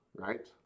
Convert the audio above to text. Right